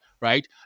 right